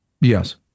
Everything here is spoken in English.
Yes